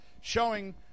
showing